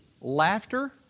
laughter